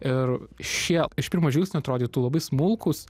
ir šie iš pirmo žvilgsnio atrodytų labai smulkūs